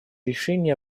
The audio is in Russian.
решение